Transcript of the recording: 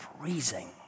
freezing